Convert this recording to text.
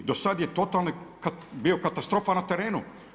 Do sada je totalni bio katastrofa na terenu.